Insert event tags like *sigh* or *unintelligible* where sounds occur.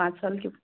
आज *unintelligible*